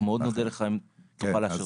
מאוד נודה לך אם תוכל לאשר.